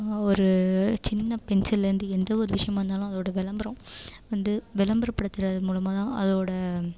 ஒரு சின்ன பென்சிலில் இருந்து எந்த ஒரு விஷயமா இருந்தாலும் அதோட விளம்பரம் வந்து விளம்பரப்படுத்துறது மூலமா தான் அதோட